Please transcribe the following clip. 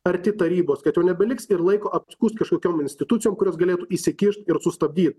arti tarybos kad jau nebeliks ir laiko apskųst kažkokiom institucijom kurios galėtų įsikišt ir sustabdyt